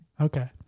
Okay